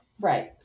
Right